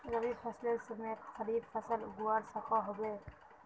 रवि फसलेर समयेत खरीफ फसल उगवार सकोहो होबे?